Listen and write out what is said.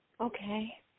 Okay